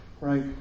Right